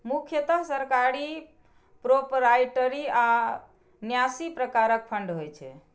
मुख्यतः सरकारी, प्रोपराइटरी आ न्यासी प्रकारक फंड होइ छै